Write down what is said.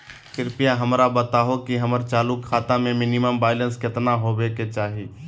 कृपया हमरा बताहो कि हमर चालू खाता मे मिनिमम बैलेंस केतना होबे के चाही